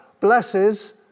blesses